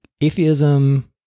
atheism